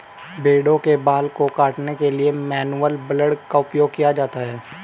भेड़ों के बाल को काटने के लिए मैनुअल ब्लेड का उपयोग किया जाता है